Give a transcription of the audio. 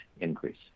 increase